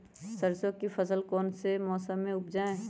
सरसों की फसल कौन से मौसम में उपजाए?